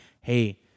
hey